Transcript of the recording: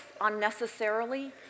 unnecessarily